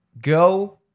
go